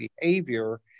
behavior